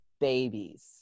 babies